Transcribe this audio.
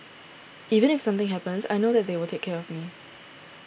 even if something happens I know that they will take care of me